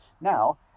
Now